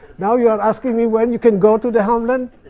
now you're asking me when you can go to the homeland?